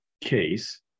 case